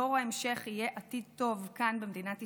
דור ההמשך, יהיה עתיד טוב כאן במדינת ישראל.